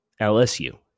LSU